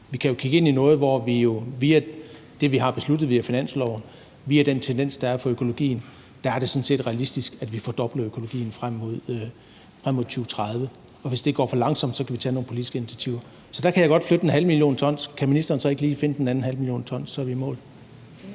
vi kan jo kigge ind i noget, hvor det jo via det, vi har besluttet med finansloven, og via den tendens, der er for økologien, sådan set er realistisk, at vi vil fordoble økologien frem mod 2030. Og hvis det går for langsomt, kan vi tage nogle politiske initiativer. Så der kan jeg godt flytte ½ mio. t. Kan ministeren så ikke lige finde den anden ½ mio. t? Så er vi i mål.